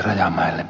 rajamäelle